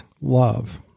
love